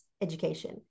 education